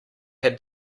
had